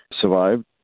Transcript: survived